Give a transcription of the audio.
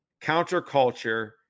counterculture